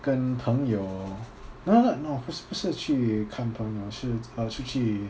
跟朋友 no no no 不是去看朋友是 uh 出去